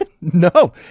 No